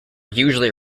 usually